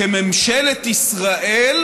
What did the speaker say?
שממשלת ישראל